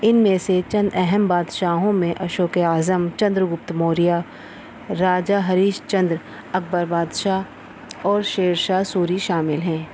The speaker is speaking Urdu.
ان میں سے چند اہم بادشاہوں میں اشوک اعظم چندر گپت موریہ راجا ہریش چندر اکبر بادشاہ اور شیر شاہ سوری شامل ہیں